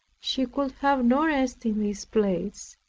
she could have no rest in this place,